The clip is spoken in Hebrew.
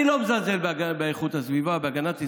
אני לא מזלזל בהגנת הסביבה,